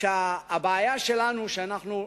על ההתנהלות שלו,